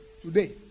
today